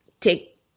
take